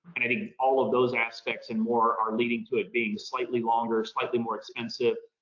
and i think all of those aspects and more are leading to it being slightly longer, slightly more expensive,